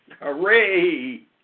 Hooray